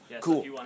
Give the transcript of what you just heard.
Cool